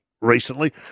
recently